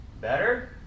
Better